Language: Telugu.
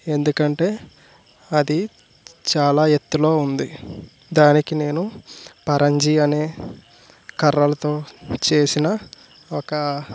ఎందుకంటే అది చాలా ఎత్తులో ఉంది దానికి నేను పరంజి అనే కర్రలతో చేసిన ఒక